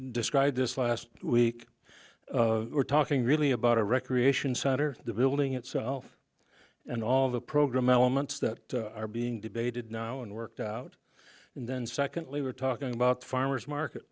described this last week we're talking really about a recreation site or the building itself and all the program elements that are being debated now and worked out and then secondly we're talking about farmer's market